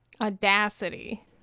Audacity